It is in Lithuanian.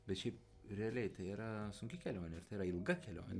bet šiaip realiai tai yra sunki kelionė ir tai yra ilga kelionė